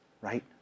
right